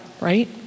right